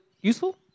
useful